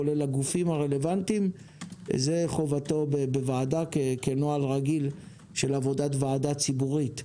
כולל הגופים הרלוונטיים זה חובתו כנוהל רגיל של עבודת ועדה ציבורית.